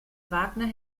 wagner